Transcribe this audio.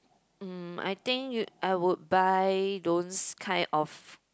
mm I think you I would buy those kind of